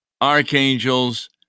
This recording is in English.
archangels